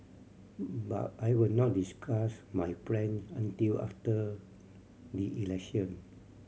but I will not discuss my plan until after the election